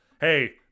hey